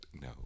no